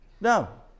No